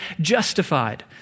justified